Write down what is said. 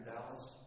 Dallas